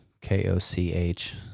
K-O-C-H